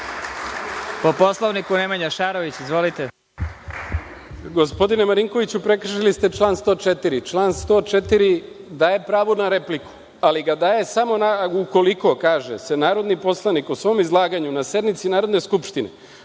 Poslovniku, Nemanja Šarović. Izvolite.